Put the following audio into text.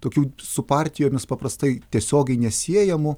tokių su partijomis paprastai tiesiogiai nesiejamų